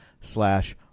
slash